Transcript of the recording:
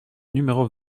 numéro